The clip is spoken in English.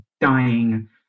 dying